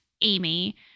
Amy